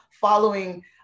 following